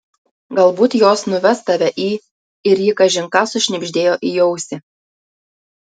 galbūt jos nuves tave į ir ji kažin ką sušnibždėjo į ausį